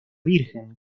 virgen